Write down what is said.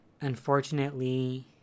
unfortunately